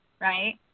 right